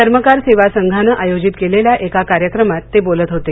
चर्मकार सेवा संघानं आयोजित केलेल्या एका कार्यक्रमात ते बोलत होते